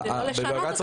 זה לא לשנות אותה.